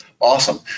Awesome